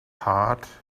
heart